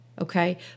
okay